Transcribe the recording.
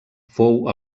fou